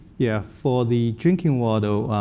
yeah for the drinking water,